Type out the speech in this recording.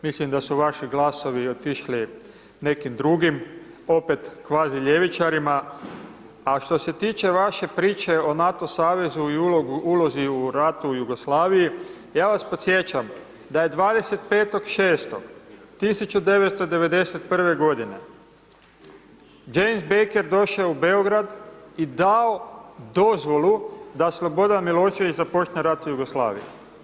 Mislim da su vaši glasovi otišli nekim drugim, opet kvazi ljevičarima, a što se tiče vaše priče o NATO savezu i ulozi u ratu u Jugoslaviji, ja vas podsjećam da je 25.06.1991. godine James Baker došao u Beograd i dao dozvolu da Slobodan Milošević započne rat s Jugoslavijom.